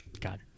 God